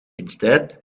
instead